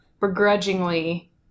begrudgingly